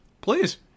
Please